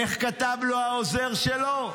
איך כתב לו העוזר שלו?